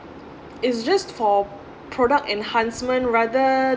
is just for product enhancement rather